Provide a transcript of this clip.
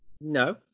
No